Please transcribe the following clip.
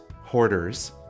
hoarders